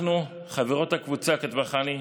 אנחנו, חברות הקבוצה, כתבה חני,